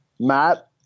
Matt